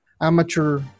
amateur